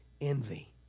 Envy